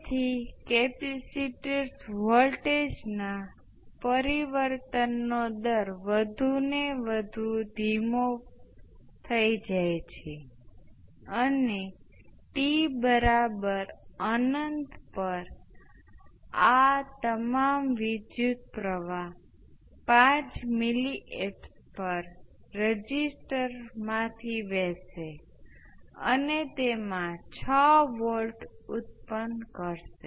તેથી આપણી પાસે I s છે અને હું L 1 ને શોર્ટ સર્કિટ અને L 2 ને પણ શોર્ટ સર્કિટ કરીશ અને આપણી પાસે R 1 અને R 2 છે તેથી આ પ્રતિરોધક સર્કિટ છે તેથી આપણે જાણીએ છીએ કે ત્યાં અંતિમ મૂલ્યો I s × R 2 R 1 R 2 હશે અને ત્યાં Is × R 1 R 1 R 2 છે